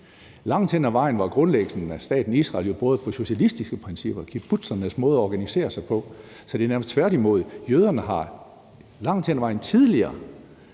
Langt hen ad vejen var grundlæggelsen af staten Israel jo båret af socialistiske principper, f.eks. kibbutzernes måde at organisere sig på. Så det er nærmest tværtimod: Jøderne har langt hen ad vejen tidligere